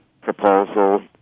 proposal